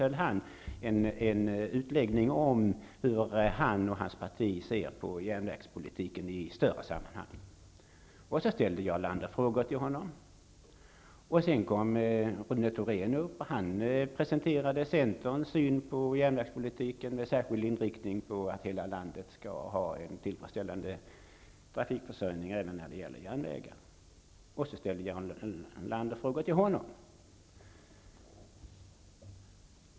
Sedan höll han en utläggning om hur han och hans parti ser på järnvägspolitiken i större sammanhang. Därefter ställde Jarl Lander frågor till honom. Centerns syn på järnvägspolitiken -- med särskild inriktning på att hela landet skall ha en tillfredsställande trafikförsörjning även när det gäller järnvägar. Så ställde Jarl Lander frågor till honom.